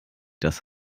das